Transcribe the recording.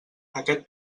aquest